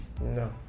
No